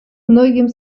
многим